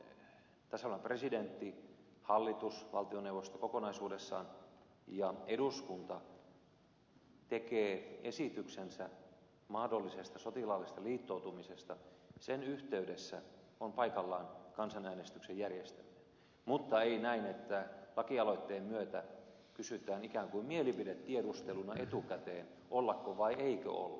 kun tasavallan presidentti hallitus valtioneuvosto kokonaisuudessaan ja eduskunta tekee esityksensä mahdollisesta sotilaallisesta liittoutumisesta sen yhteydessä on paikallaan kansanäänestyksen järjestäminen mutta ei näin että lakialoitteen myötä kysytään ikään kuin mielipidetiedusteluna etukäteen ollako vai eikö olla